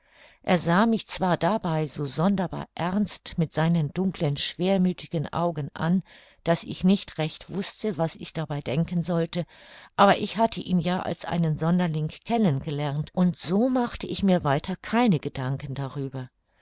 er sah mich zwar dabei so sonderbar ernst mit seinen dunklen schwermüthigen augen an daß ich nicht recht wußte was ich dabei denken sollte aber ich hatte ihn ja als einen sonderling kennen gelernt und so machte ich mir weiter keine gedanken darüber